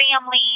family